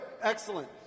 excellent